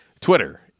Twitter